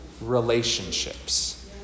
relationships